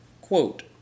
Quote